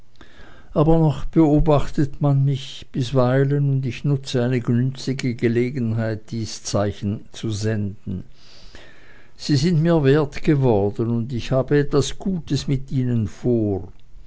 aber noch beobachtet man mich zuweilen und ich benutze eine günstige gelegenheit dies zeichen zu senden sie sind mir wert geworden und ich habe etwas gutes mit ihnen vor